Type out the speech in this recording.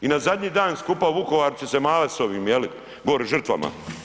I na zadnji dan skupa u Vukovaru će se mavat s ovim jeli gori žrtvama.